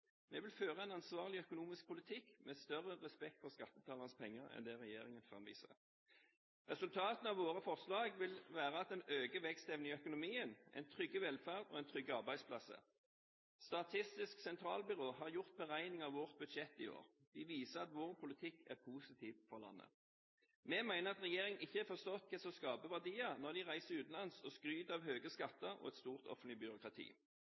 Vi vil føre en ansvarlig økonomisk politikk med større respekt for skattebetalernes penger enn det regjeringen framviser. Resultatene av våre forslag vil være at en øker vekstevnen i økonomien, en trygger velferden, og en trygger arbeidsplasser. Statistisk sentralbyrå har gjort beregninger av vårt budsjett i år. De viser at vår politikk er positiv for landet. Vi mener at regjeringen ikke har forstått hva som skaper verdier, når den reiser utenlands og skryter av høye skatter og et stort offentlig byråkrati.